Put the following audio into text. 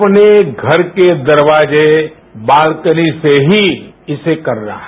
अपने घर के दरवाजे बालकनी से ही इसे करना है